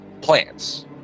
plants